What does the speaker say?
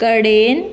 कडेन